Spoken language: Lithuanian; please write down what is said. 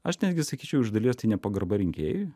aš netgi sakyčiau iš dalies tai nepagarba rinkėjui